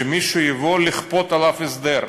שמישהו יבוא לכפות עליו הסדר.